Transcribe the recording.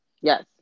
Yes